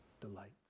delights